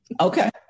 okay